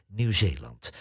Nieuw-Zeeland